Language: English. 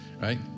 right